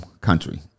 country